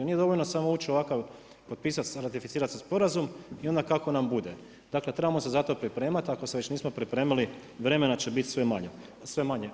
Nije dovoljno ući u ovakav, potpisati ratificirani sporazum i onda kako nam bude, dakle trebamo se zato pripremati, ako se već nismo pripremali vremena će biti sve manje.